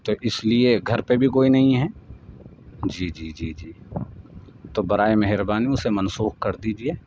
تو اس لیے گھر پہ بھی کوئی نہیں ہے جی جی جی جی تو برائے مہربانی اسے منسوخ کر دیجیے